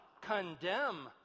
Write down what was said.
Condemn